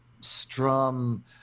strum